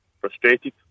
Frustrated